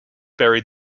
buried